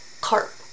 carp